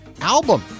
album